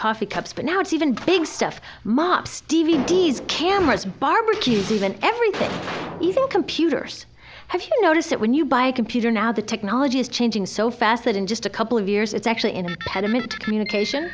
coffee cups but now it's even big stuff mops d v d s cameras barbecues even everything even computers have you noticed that when you buy a computer now the technology is changing so fast that in just a couple of years it's actually in pediment communication